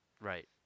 Right